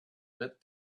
that